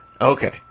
Okay